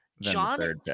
John